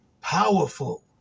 powerful